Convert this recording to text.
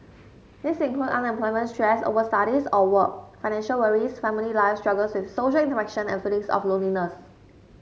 these include unemployment stress over studies or work financial worries family life struggles with social interaction and feelings of loneliness